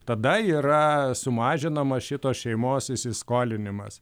tada yra sumažinama šitos šeimos įsiskolinimas